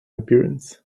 appearance